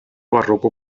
barroco